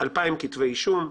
2,000 כתבי אישום,